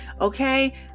okay